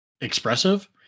expressive